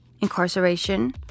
incarceration